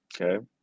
Okay